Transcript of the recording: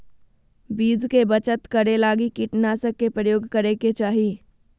बीज के बचत करै लगी कीटनाशक के प्रयोग करै के चाही